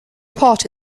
part